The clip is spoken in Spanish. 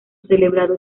celebrado